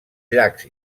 llacs